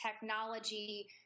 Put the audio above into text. technology